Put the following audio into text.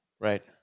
Right